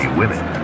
women